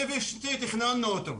אני ואשתי תכננו אותו,